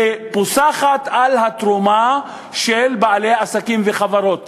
ופוסחת על התרומה של בעלי עסקים וחברות.